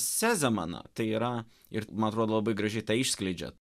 sezemano tai yra ir man atrodo labai gražiai ta išskleidžiat